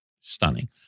Stunning